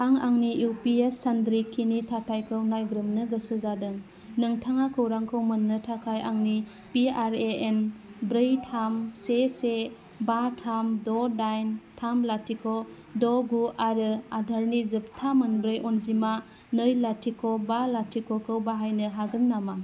आं आंनि इउपिएस सान्द्रिखिनि थाखायखौ नायग्रोमनो गोसो जादों नोंथाङा खौरांखौ मोननो थाखाय आंनि पिआरएएन ब्रै थाम से बा थाम द' दाइन थाम लाथिख' द' गु आरो आदारनि जोबथा मोनब्रै अनजिमा नै लाथिख' बा लाथिख'खौ बाहायनो हागोन नामा